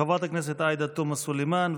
חברת הכנסת עאידה תומא סלימאן,